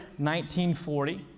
1940